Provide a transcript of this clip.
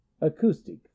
Acoustic